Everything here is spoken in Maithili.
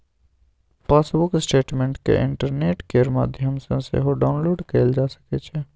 पासबुक स्टेटमेंट केँ इंटरनेट केर माध्यमसँ सेहो डाउनलोड कएल जा सकै छै